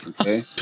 Okay